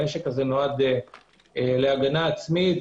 הנשק הזה נועד להגנה עצמית.